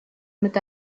mit